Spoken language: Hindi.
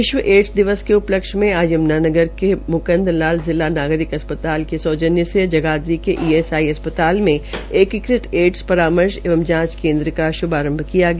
विश्व एडज दिवस के उपलक्ष्य में आज यम्नानगर के म्कंद लाल जिला नागरिक अस्पताल के सौजन्य से जगाधरी के ईएसआई अस्पताल में एकीकृत ऐडस परामर्श एवं जांच केन्द्र का श्भारंभ किया गया